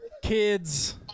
kids